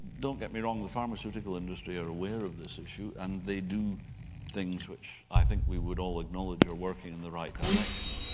don't get me wrong, the pharmaceutical industry are aware of this issue and they do things which i think we would all acknowledge are working in the right direction.